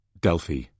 Delphi